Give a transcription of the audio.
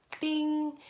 bing